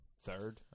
Third